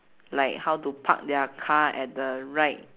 like how to park their car at the right